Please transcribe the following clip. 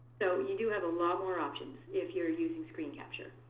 so you do have a lot more options if you're using screen capture.